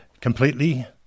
Completely